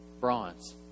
bronze